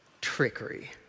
trickery